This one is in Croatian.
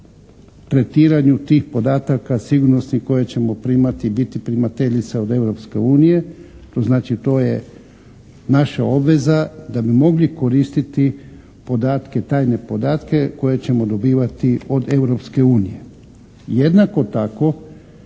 tretiranju tih podataka sigurnosnih koje ćemo primati, biti primateljice od Europske unije. To znači, to je naša obveza da bi mogli koristiti tajne podatke koje ćemo dobivati od Europske